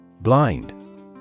Blind